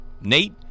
Nate